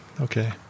Okay